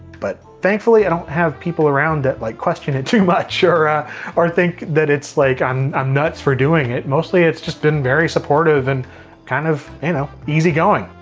but thankfully, i don't have people around that like question it too much or ah or think that like i'm i'm nuts for doing it. mostly, it's just been very supportive and kind of you know easy going.